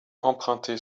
emprunté